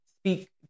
speak